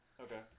Okay